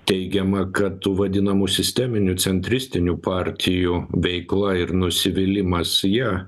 teigiama kad tų vadinamų sisteminių centristinių partijų veikla ir nusivylimas ja